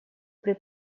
при